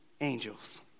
angels